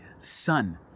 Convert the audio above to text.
son